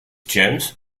james